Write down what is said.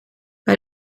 bij